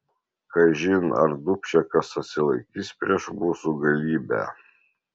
kažin ar dubčekas atsilaikys prieš mūsų galybę